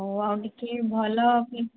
ହଁ ଆଉ କିଛି ଭଲ